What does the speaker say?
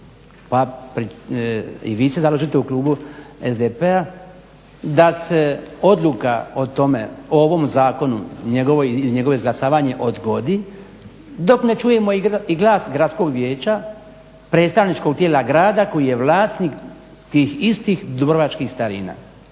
Pa i vi se zalažete u klubu SDP-a da se odluka o tome, o ovom zakonu i njegovo izglasavanje odgodi dok ne čujemo i glas Gradskog vijeća, predstavničkog tijela grada koji je vlasnik tih istih dubrovačkih starina